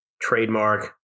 trademark